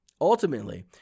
Ultimately